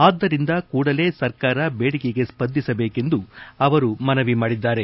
ಆದ್ದರಿಂದ ಕೂಡಲೇ ಸರ್ಕಾರ ಬೇಡಿಕೆಗೆ ಸ್ಪಂದಿಸಬೇಕೆಂದು ಅವರು ಮನವಿ ಮಾಡಿದ್ದಾರೆ